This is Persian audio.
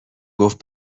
گفت